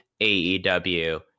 AEW